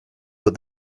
but